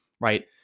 right